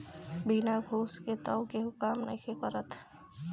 बिना घूस के तअ केहू काम नइखे करत